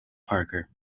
parker